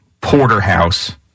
porterhouse